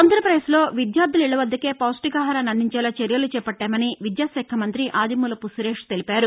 ఆంధ్రాపదేశ్లో విద్యార్టుల ఇళ్ల వద్దకే పౌష్టికాహారాన్ని అందించేలా చర్యలు చేపట్టామని విద్యాశాఖ మంత్రి ఆదిమూలపు సురేశ్ తెలిపారు